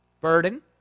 Burden